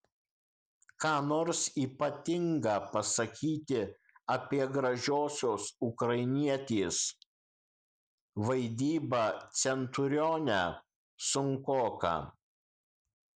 ką nors ypatinga pasakyti apie gražiosios ukrainietės vaidybą centurione sunkoka